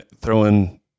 throwing